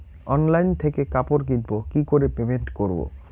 Online থেকে কাপড় কিনবো কি করে পেমেন্ট করবো?